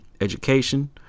Education